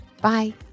Bye